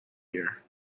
year